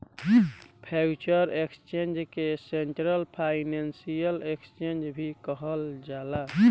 future exchange के central financial exchange भी कहल जाला